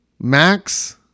Max